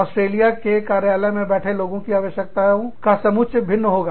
Australia के कार्यालय में बैठे लोगों की आवश्यकताओं का समुच्चय भिन्न होगा